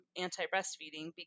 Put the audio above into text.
anti-breastfeeding